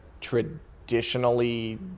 traditionally